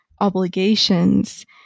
obligations